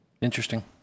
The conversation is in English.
Interesting